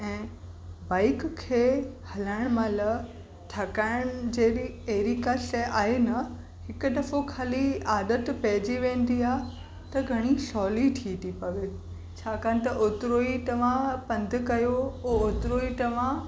ऐं बाइक खे हलाइण महिल थकाइणु जहिड़ी अहिड़ी का शइ आहे न हिकु दफ़ो ख़ाली आदति पइजी वेंदी आहे त घणी सहुली थी थी पवे छाकाणि त ओतिरो ई तव्हां पंधु कयो पो ओतिरो ई तव्हां